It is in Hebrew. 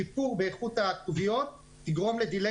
שיפור באיכות הכתוביות יגרום לדיליי